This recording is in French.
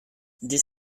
des